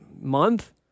month